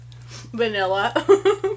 Vanilla